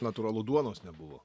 natūralu duonos nebuvo